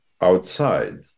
outside